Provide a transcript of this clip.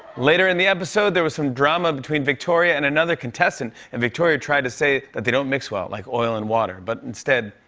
later in the episode, there was some drama between victoria and another contestant. and victoria tried to say that they don't mix well, like oil and water, but, instead,